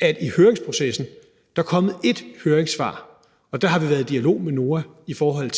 at i høringsprocessen er der kommet ét høringssvar, og vi har været i dialog med NOAH om,